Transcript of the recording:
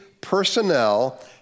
personnel